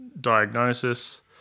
diagnosis